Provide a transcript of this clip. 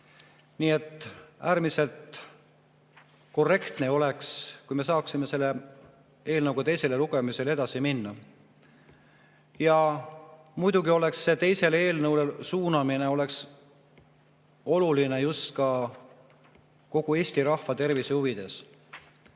Äärmiselt korrektne oleks, kui me saaksime selle eelnõuga teisele lugemisele edasi minna. Muidugi oleks see teisele [lugemisele] suunamine oluline just kogu Eesti rahva tervise huvides.